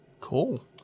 cool